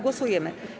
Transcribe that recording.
Głosujemy.